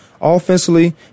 Offensively